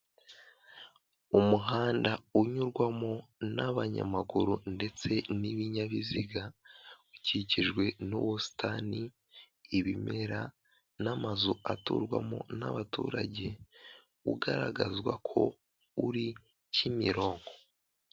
Umuhanda unyurwamo n'abanyamaguru ndetse n'ibinyabiziga ukikijwe n'ubusitani, ibimera n'amazu aturwamo n'abaturage ugaragazwa ko uri Kimironko.